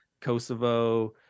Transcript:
Kosovo